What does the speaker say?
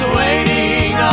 waiting